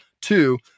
Two